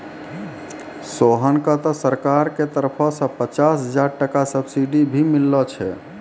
सोहन कॅ त सरकार के तरफो सॅ पचास हजार टका सब्सिडी भी मिललो छै